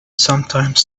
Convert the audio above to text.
sometimes